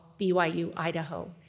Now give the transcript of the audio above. BYU-Idaho